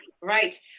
Right